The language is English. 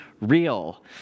real